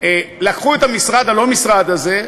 לקחו את המשרד-לא-משרד הזה,